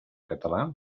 català